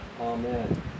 Amen